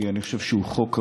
כי אני חושב שהוא חוק רע.